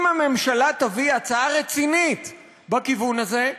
אם הממשלה תביא הצעה רצינית בכיוון הזה,